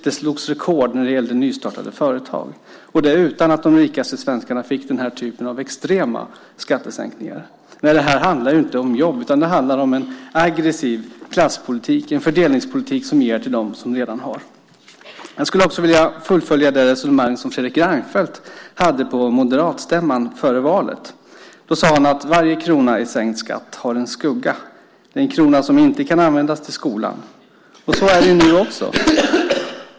Det slogs rekord när det gäller antal nystartade företag, och det utan att de rikaste svenskarna fick den här typen av extrema skattesänkningar. Nej, det här handlar inte om jobb. Det handlar om en aggressiv klasspolitik, en fördelningspolitik som ger till dem som redan har. Jag skulle också vilja fullfölja det resonemang som Fredrik Reinfeldt hade på moderatstämman före valet. Då sade han att varje krona i sänkt skatt har en skugga. Det är en krona som inte kan användas till skolan. Och så är det ju nu också.